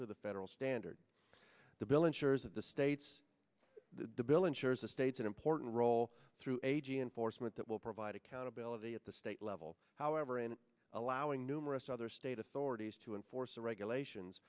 to the federal standard the bill ensures of the states the bill ensures the states an important role through a g enforcement that will provide accountability at the state level however in allowing numerous other state authorities to enforce the regulations